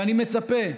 ואני מצפה,